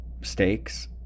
stakes